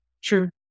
Sure